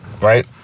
right